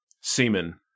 Semen